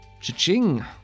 cha-ching-